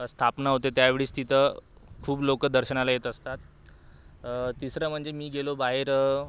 स्थापना होते त्यावेळीस तिथं खूप लोकं दर्शनाला येत असतात तिसरं म्हणजे मी गेलो बाहेर